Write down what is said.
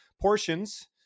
portions